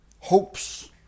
hopes